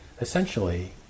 essentially